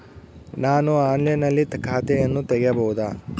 ನಾನು ಆನ್ಲೈನಿನಲ್ಲಿ ಖಾತೆಯನ್ನ ತೆಗೆಯಬಹುದಾ?